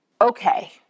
Okay